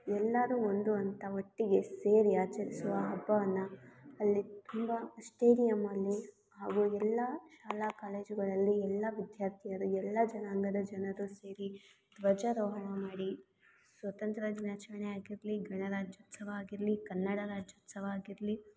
ಎಲ್ಲರೂ ಒಂದು ಅಂತ ಒಟ್ಟಿಗೆ ಸೇರಿ ಆಚರಿಸುವ ಹಬ್ಬವನ್ನು ಅಲ್ಲಿ ತುಂಬ ಸ್ಟೇಡಿಯಮ್ಮಲ್ಲಿ ಹಾಗೂ ಎಲ್ಲ ಶಾಲಾ ಕಾಲೇಜುಗಳಲ್ಲಿ ಎಲ್ಲ ವಿದ್ಯಾರ್ಥಿಯರು ಎಲ್ಲ ಜನಾಂಗದ ಜನರು ಸೇರಿ ಧ್ವಜಾರೋಹಣ ಮಾಡಿ ಸ್ವತಂತ್ರ ದಿನಾಚರಣೆ ಆಗಿರಲಿ ಗಣರಾಜ್ಯೋತ್ಸವ ಆಗಿರಲಿ ಕನ್ನಡ ರಾಜ್ಯೋತ್ಸವ ಆಗಿರಲಿ